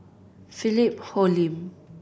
Philip Hoalim